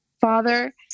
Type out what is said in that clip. father